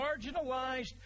marginalized